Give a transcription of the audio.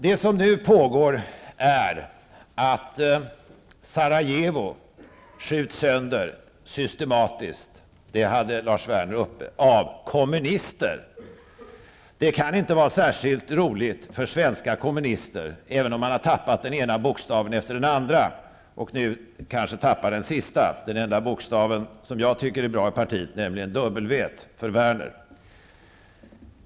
Det som nu pågår är att Sarajevo systematiskt skjuts sönder -- det tog Lars Werner upp -- av kommunister. Det kan inte vara särskilt roligt för svenska kommunister, även om man har tappat den ena bokstaven efter den andra, och nu kanske tappar den sista, den enda bokstav som jag tycker är bra i partiet, nämligen W, för Werner.